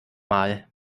mal